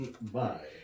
Bye